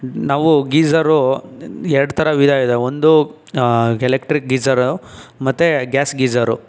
ನಾವು ಗೀಜರು ಎರಡು ಥರ ವಿಧ ಇದೆ ಒಂದು ಎಲೆಕ್ಟ್ರಿಕ್ ಗೀಜರು ಮತ್ತೆ ಗ್ಯಾಸ್ ಗೀಜರು